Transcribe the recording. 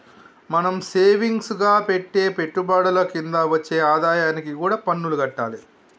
మనం సేవింగ్స్ గా పెట్టే పెట్టుబడుల కింద వచ్చే ఆదాయానికి కూడా పన్నులు గట్టాలే